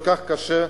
וכל כך קשה,